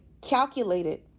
calculated